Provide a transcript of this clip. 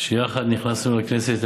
שיחד נכנסנו לכנסת,